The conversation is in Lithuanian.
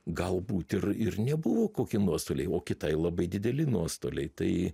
galbūt ir ir nebuvo kokie nuostoliai o kitai labai dideli nuostoliai tai